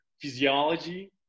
physiology